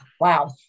Wow